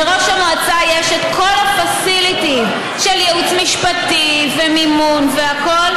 לראש המועצה יש את כל ה-facilities של ייעוץ משפטי ומימון והכול,